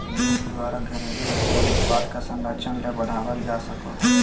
देश द्वारा घरेलू उद्योग उत्पाद के संरक्षण ले बढ़ावल जा सको हइ